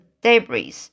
debris